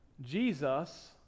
Jesus